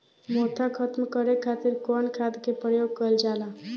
मोथा खत्म करे खातीर कउन खाद के प्रयोग कइल जाला?